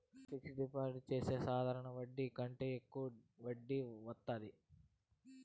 fixed deposit చెత్తే సాధారణ వడ్డీ కంటే యెక్కువ వడ్డీ వత్తాది